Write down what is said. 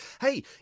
Hey